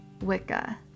wicca